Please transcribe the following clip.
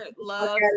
love